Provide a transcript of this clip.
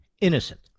innocent